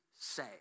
say